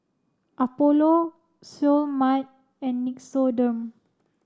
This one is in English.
Apollo Seoul Mart and Nixoderm